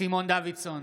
סימון דוידסון,